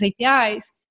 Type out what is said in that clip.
APIs